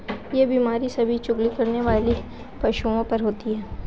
यह बीमारी सभी जुगाली करने वाले पशुओं में होती है